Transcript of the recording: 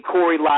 Corey